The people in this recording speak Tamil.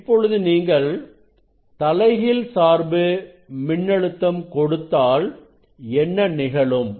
இப்பொழுது நீங்கள் தலைகீழ் சார்பு மின்னழுத்தம் கொடுத்தால் என்ன நிகழும்